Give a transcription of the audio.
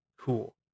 Cool